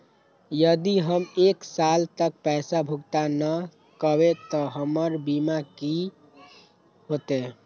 यदि हम एक साल तक पैसा भुगतान न कवै त हमर बीमा के की होतै?